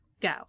go